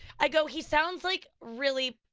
i go, he sounds like really,